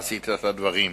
עשית את הדברים.